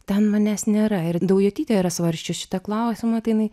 ten manęs nėra ir daujotytė yra svarsčius šitą klausimą tai jinai